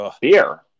beer